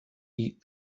eat